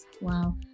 wow